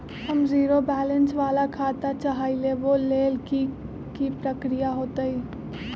हम zero balance वाला खाता चाहइले वो लेल की की प्रक्रिया होतई?